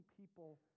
people